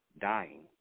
dying